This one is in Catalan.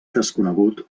desconegut